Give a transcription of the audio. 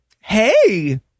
hey